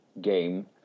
game